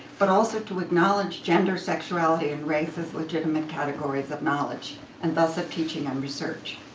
but also to acknowledge gender, sexuality, and race as legitimate categories of knowledge. and thus, a teaching on research.